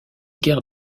guerre